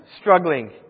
struggling